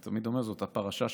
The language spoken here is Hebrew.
אני תמיד אומר שזאת הפרשה שלנו,